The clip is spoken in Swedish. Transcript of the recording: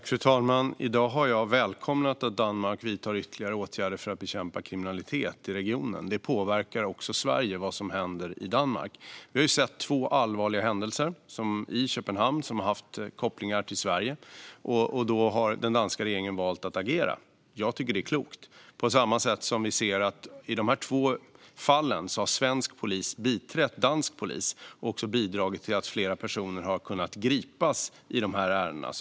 Fru talman! I dag har jag välkomnat att Danmark vidtar ytterligare åtgärder för att bekämpa kriminalitet i regionen. Det påverkar också Sverige vad som händer i Danmark. Vi har sett två allvarliga händelser i Köpenhamn som har haft kopplingar till Sverige. Då har den danska regeringen valt att agera. Jag tycker att det är klokt. På samma sätt ser vi att i de två fallen har svensk polis biträtt dansk polis och bidragit till att flera personer kunnat gripas i ärendena.